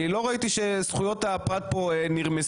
אני לא ראיתי שזכויות הפרט כאן נרמסו.